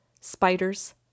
spiders